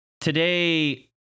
today